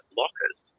lockers